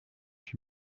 huit